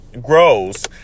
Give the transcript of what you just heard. grows